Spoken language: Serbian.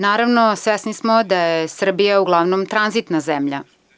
Naravno, svesni smo da je Srbija uglavnom tranzitna zemlja.